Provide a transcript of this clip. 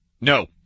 No